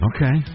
Okay